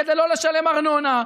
כדי לא לשלם ארנונה,